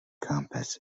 campus